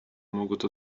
могут